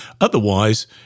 Otherwise